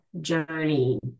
journey